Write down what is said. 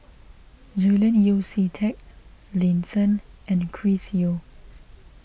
Julian Yeo See Teck Lin Chen and Chris Yeo